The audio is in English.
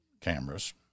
cameras